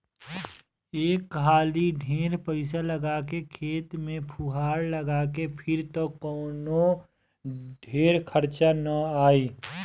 एक हाली ढेर पईसा लगा के खेत में फुहार लगा के फिर त कवनो ढेर खर्चा ना आई